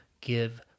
give